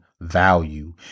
value